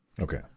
Okay